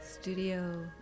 Studio